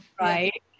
Right